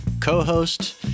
co-host